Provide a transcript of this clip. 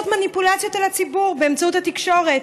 מניפולציות על הציבור באמצעות התקשורת.